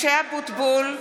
משה אבוטבול,